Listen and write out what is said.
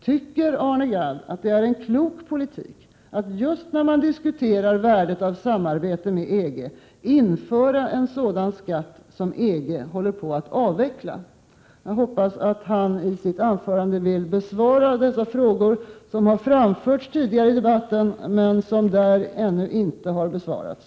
Tycker Arne Gadd att det är klok politik att, just när man diskuterar värdet av samarbete med EG, införa en sådan skatt som EG håller på att avveckla? Jag hoppas att Arne Gadd i sitt anförande vill besvara dessa frågor, som har framförts tidigare i debatten men som där ännu inte har besvarats.